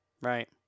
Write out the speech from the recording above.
Right